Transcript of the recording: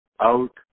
out